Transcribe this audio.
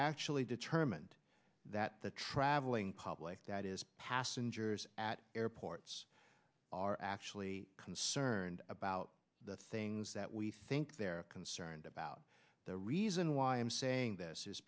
actually determined that the traveling public that is passengers at airports are actually concerned about the things that we think they're concerned about the reason why i'm saying this